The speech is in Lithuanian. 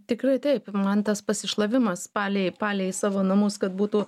tikrai taip man tas pasišlavimas palei palei savo namus kad būtų